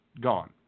gone